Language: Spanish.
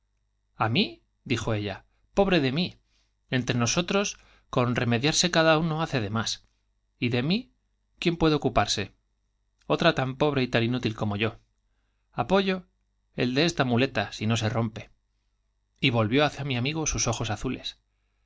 a mí dijo ella i pobre de mí entre con remediarse cada uo de más y nosotros hace otra tan pobre tan de mí quién puede ocuparse y inútil como apoyo el de esta muleta si no yo se rompe y volvió hacia mi amigo sus ojos azules